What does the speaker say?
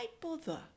bother